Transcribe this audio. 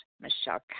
Michelle